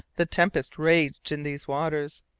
the tempest raged in these waters,